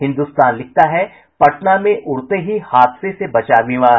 हिन्दुस्तान लिखता है पटना में उड़ते ही हादसे से बचा विमान